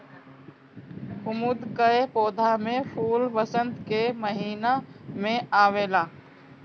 कुमुद कअ पौधा में फूल वसंत के महिना में आवेला